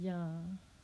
ya